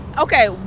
Okay